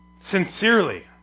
sincerely